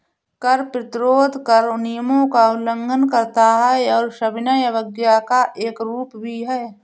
कर प्रतिरोध कर नियमों का उल्लंघन करता है और सविनय अवज्ञा का एक रूप भी है